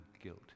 guilt